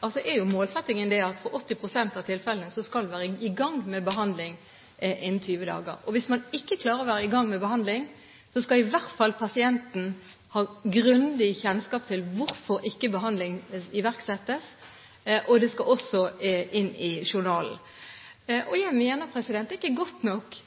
er målsettingen at for 80 pst. av tilfellene skal en være i gang med behandling innen 20 dager. Hvis man da ikke klarer å være i gang med behandling, skal i hvert fall pasienten få grundig kjennskap til hvorfor ikke behandling iverksettes, og det skal også inn i journalen. Jeg mener at det ikke er godt nok